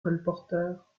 colporteur